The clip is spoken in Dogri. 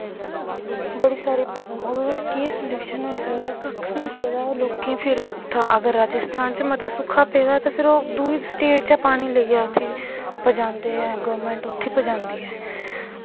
बड़ी सारी प्रावलम और केह् सल्यूशन होई सकदा कक्ख नी होई सकदा लोकें और उत्थें अगर राजेस्तान च बड़ा सोका पेदा ऐ ते दूई स्टेट चा पानी लेईयै उत्थें पज़ांदे ऐं गौरमैंट उत्थें पज़ांदी ऐ